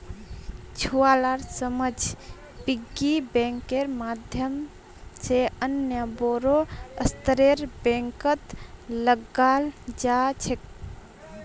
छुवालार समझ पिग्गी बैंकेर माध्यम से अन्य बोड़ो स्तरेर बैंकत लगाल जा छेक